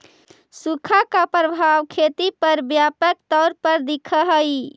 सुखा का प्रभाव खेती पर व्यापक तौर पर दिखअ हई